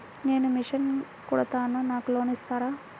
నేను మిషన్ కుడతాను నాకు లోన్ ఇస్తారా?